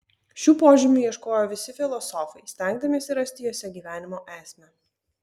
šių požymių ieškojo visi filosofai stengdamiesi rasti juose gyvenimo esmę